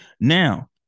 Now